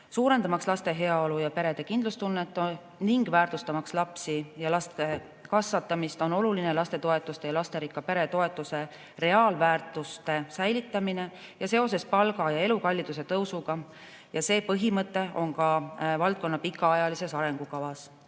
Suurendamaks laste heaolu ja perede kindlustunnet ning väärtustamaks lapsi ja laste kasvatamist, on oluline lastetoetuste ja lasterikka pere toetuse reaalväärtuse säilitamine ka elukalliduse tõusu korral. See põhimõte on ka valdkonna pikaajalises arengukavas.